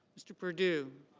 mr. perdue.